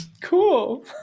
cool